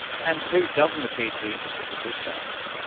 and who doesn't appear to be interested at this stage?